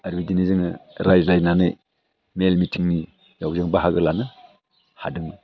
आरो बिदिनो जोङो रायज्लायनानै मेल मिथिंनि बेयाव जों बाहागो लानो हादोंमोन